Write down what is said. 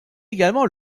également